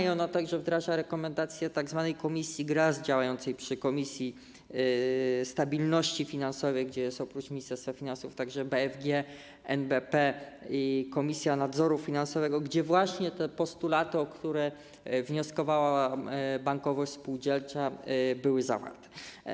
I ona także wdraża rekomendację tzw. komisji GRASS, działającej przy Komisji Stabilności Finansowej, gdzie oprócz Ministerstwa Finansów jest także BFG, NBP i Komisja Nadzoru Finansowego, gdzie właśnie te postulaty, o które wnioskowała bankowość spółdzielcza, były zawarte.